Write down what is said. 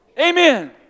Amen